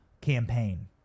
campaign